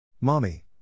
Mommy